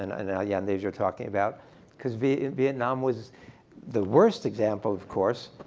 and and again, these are talking about because vietnam vietnam was the worst example, of course.